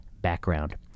background